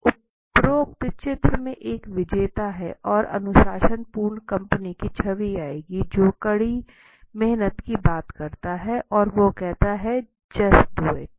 उपरोक्त चित्र में एक विजेता है और अनुशासन पूर्ण कंपनी की छवि आएगी जो कड़ी मेहनत की बात करता है और कहता है जस्ट डू इट